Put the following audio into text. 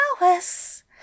hours